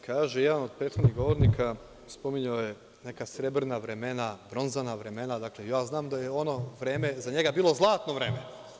Kaže jedan od prethodnih govornika, spominjao je neka srebrna vremena, bronzana vremena, ja znam da je ono vreme za njega bilo zlatno vreme.